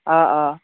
অ অ